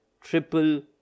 triple